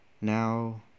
Now